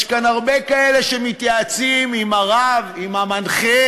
יש כאן הרבה כאלה שמתייעצים עם הרב, עם המנחה,